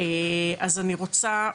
אז תודה רבה,